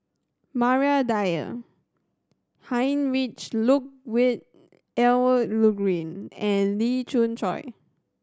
Maria Dyer Heinrich Ludwig Emil Luering and Lee Khoon Choy